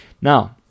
Now